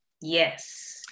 yes